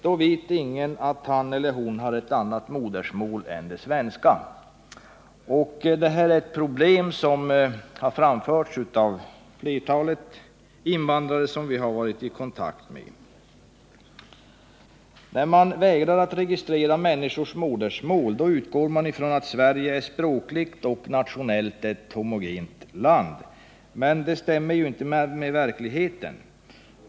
Då vet ingen att han eller hon har ett annat modersmål än det svenska språket. Det här är ett problem som har tagits upp av flertalet av de invandrare som vi har varit i förbindelse med. När man vägrar att registrera människors modersmål, utgår man från att Sverige språkligt och nationellt är ett homogent land. Men detta stämmer ju inte med verkligheten.